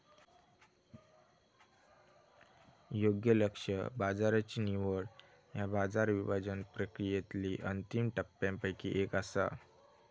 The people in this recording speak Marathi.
योग्य लक्ष्य बाजाराची निवड ह्या बाजार विभाजन प्रक्रियेतली अंतिम टप्प्यांपैकी एक असा